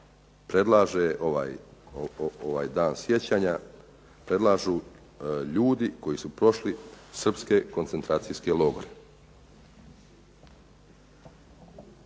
predlaže ovaj dan sjećanja predlažu ljudi koji su prošli srpske koncentracijske logore.